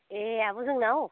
एह आब' जोंनाव